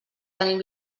tenim